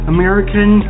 American